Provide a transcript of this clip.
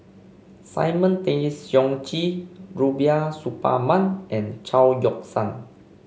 Simon Tay Seong Chee Rubiah Suparman and Chao Yoke San